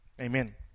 Amen